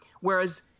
Whereas